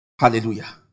Hallelujah